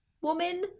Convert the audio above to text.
woman